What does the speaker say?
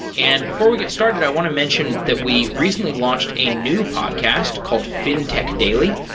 and before we get started, i want to mention that we recently launched a new podcast called fintech daily.